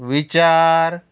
विचार